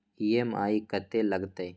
EMI कत्ते लगतै?